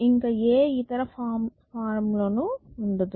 ఇంక ఏ ఇతర ఫార్మ్ లో ఉండదు